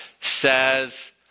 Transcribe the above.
says